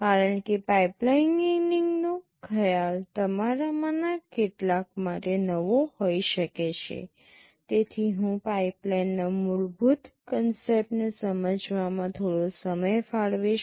કારણ કે પાઇપલાઇનીંગનો ખ્યાલ તમારામાંના કેટલાક માટે નવો હોઈ શકે છે તેથી હું પાઇપલાઇનના મૂળભૂત કન્સેપ્ટને સમજાવવામાં થોડો સમય ફાળવીશ